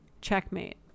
Checkmate